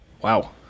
Wow